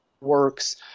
works